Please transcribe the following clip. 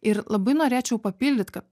ir labai norėčiau papildyt kad